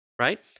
right